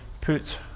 put